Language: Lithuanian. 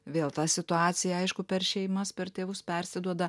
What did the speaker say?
vėl ta situacija aišku per šeimas per tėvus persiduoda